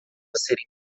serem